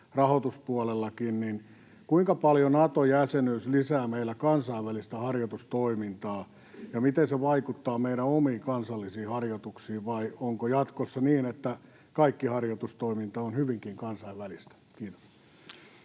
rahoituspuolellakin, niin kuinka paljon Nato-jäsenyys lisää meillä kansainvälistä harjoitustoimintaa ja miten se vaikuttaa meidän omiin kansallisiin harjoituksiin? Vai onko jatkossa niin, että kaikki harjoitustoiminta on hyvinkin kansainvälistä? — Kiitos.